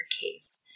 case